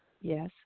Yes